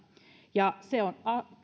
se on